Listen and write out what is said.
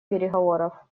переговоров